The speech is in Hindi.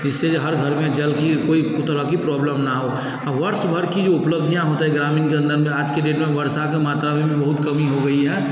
जिससे हर घर में जल की कोई तरह कि प्रॉब्लम न हो वर्ष भर की उपलब्धियाँ होता है ग्रामीण के अंदर में आज के डेट में वर्षा के मात्रा में भी बहुत कमी हो गई है